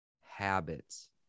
habits